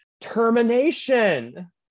Termination